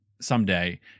Someday